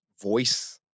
voice